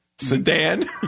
Sedan